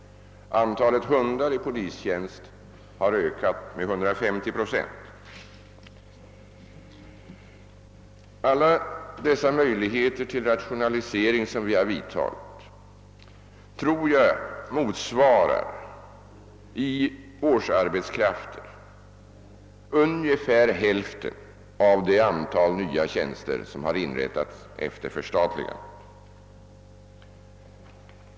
Slutligen har antalet hundar i polistjänst ökat med 150 procent. Tillsammantagna har de rationaliseringar som vidtagits motsvarat, räknat i årsarbetskrafter, ungefär hälften av det antal nya tjänster som inrättats efter förstatligandet.